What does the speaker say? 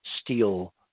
steel